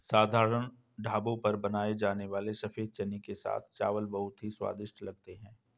साधारण ढाबों पर बनाए जाने वाले सफेद चने के साथ चावल बहुत ही स्वादिष्ट लगते हैं